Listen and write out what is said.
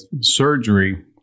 surgery